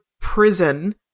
prison